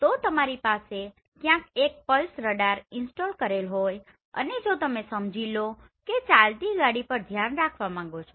તો તમારી પાસે ક્યાંક એક પલ્સ રડાર ઇન્સ્ટોલ કરેલ હોય અને જો તમે સમજી લો કે ચાલતી ગાડી પર ધ્યાન રાખવા માંગો છો